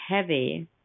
heavy